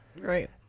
Right